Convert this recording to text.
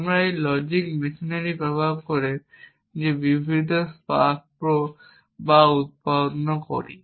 আমরা এই logic machinery ব্যবহার করে যে বিবৃতি প্রাপ্ত বা উৎপন্ন করি